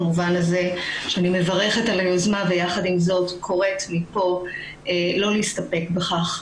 במובן הזה שאני מברכת על היוזמה ויחד עם זאת קוראת מפה לא להסתפק בכך.